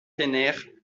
tener